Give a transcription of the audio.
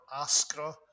Askra